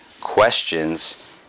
questions